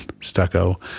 stucco